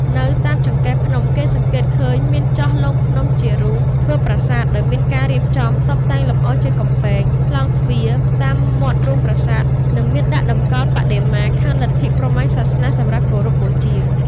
នៅ តាមចង្កេះភ្នំ គេសង្កេតឃើញមានចោះលុងភ្នំជារូងធ្វើប្រាសាទដោយមានការរៀបចំ តុបតែងលម្អជាកំពែង ក្លោងទ្វារ តាមមាត់រូងប្រាសាទ និងមានដាក់តម្កល់បដិមាខាង លទ្ធិព្រហ្មញ្ញសាសនា សម្រាប់គោរពបូជា